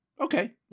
Okay